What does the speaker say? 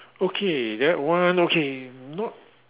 okay that one okay not